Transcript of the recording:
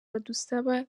badusaba